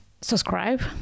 subscribe